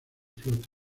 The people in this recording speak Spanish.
flote